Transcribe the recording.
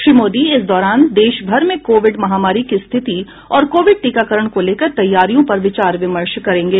श्री मोदी इस दौरान देशभर में कोविड महामारी की स्थिति और कोविड टीकाकरण को लेकर तैयारियों पर विचार विमर्श करेंगे